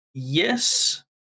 Yes